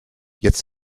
jetzt